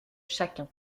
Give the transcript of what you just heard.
chacun